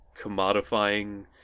commodifying